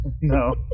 no